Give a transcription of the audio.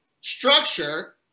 structure